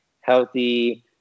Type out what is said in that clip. healthy